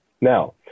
Now